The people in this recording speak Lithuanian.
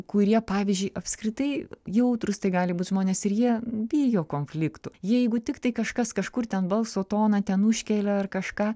kurie pavyzdžiui apskritai jautrūs tai gali būt žmonės ir jie bijo konfliktų jeigu tiktai kažkas kažkur ten balso toną ten užkelia ar kažką